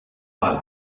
mal